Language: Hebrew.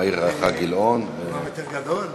מעיר חבר הכנסת גילאון.